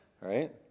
right